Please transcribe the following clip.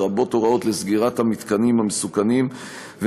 לרבות הוראות לסגירת המתקנים המסוכנים,